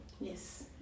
Yes